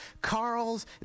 Carl's